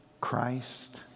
Christ